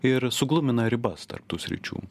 ir suglumina ribas tarp tų sričių